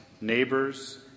neighbors